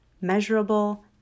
measurable